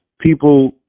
people